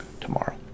tomorrow